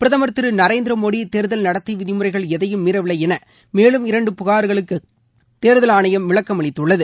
பிரதமர் திரு நரேந்திர மோடி தேர்தல் நடத்தை விதிமுறைகள் எதையும் மீறவில்லை என மேலும் இரண்டு புகார்களுக்கு தேர்தல் ஆணையம் விளக்கமளித்துள்ளது